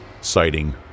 citing